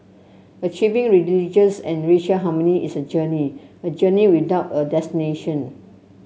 achieving religious and racial harmony is a journey a journey without a destination